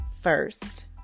first